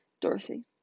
Dorothy